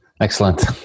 Excellent